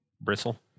Bristle